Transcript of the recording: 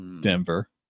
Denver